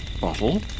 bottle